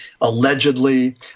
allegedly